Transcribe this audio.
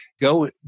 go